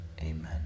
Amen